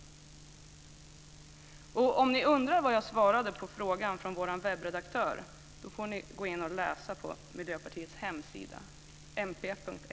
Om ni undrar vad jag svarade på frågan från vår webbredaktör så får ni gå in och läsa på Miljöpartiets hemsida mp.se.